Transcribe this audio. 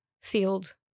field